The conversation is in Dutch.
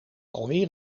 alweer